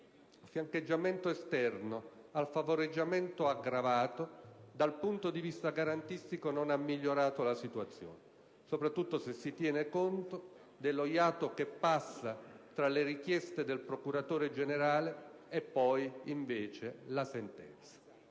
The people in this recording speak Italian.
concorso esterno al favoreggiamento aggravato, dal punto di vista garantistico non ha migliorato la situazione, soprattutto se si tiene conto dello iato che passa tra le richieste del procuratore generale e la sentenza.